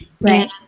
Right